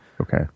okay